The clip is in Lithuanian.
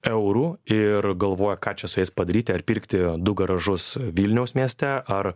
eurų ir galvoja ką čia su jais padaryti ar pirkti du garažus vilniaus mieste ar